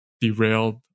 derailed